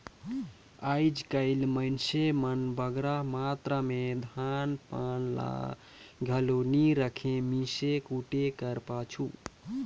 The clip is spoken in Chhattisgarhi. आएज काएल मइनसे मन बगरा मातरा में धान पान ल घलो नी राखें मीसे कूटे कर पाछू